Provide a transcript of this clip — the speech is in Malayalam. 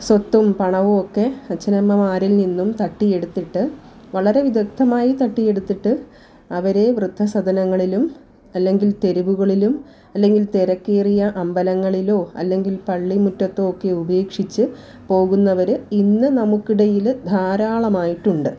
സ്വത്തും പണവുമൊക്കെ അച്ഛനമ്മമാരിൽ നിന്നും തട്ടിയെടുത്തിട്ട് വളരെ വിദഗ്ദമായി തട്ടിയെടുത്തിട്ട് അവരെ വൃദ്ധസദനങ്ങളിലും അല്ലെങ്കിൽ തെരുവുകളിലും അല്ലെങ്കിൽ തിരക്കേറിയ അമ്പലങ്ങളിലോ അല്ലെങ്കിൽ പള്ളി മുറ്റത്തോ ഒക്കെ ഉപേക്ഷിച്ച് പോകുന്നവർ ഇന്ന് നമുക്കിടയിൽ ധാരാളമായിട്ടുണ്ട്